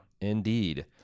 Indeed